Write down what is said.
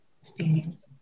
experience